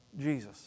Jesus